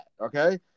okay